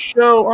Show